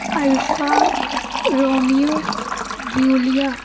Alfa romeo giulia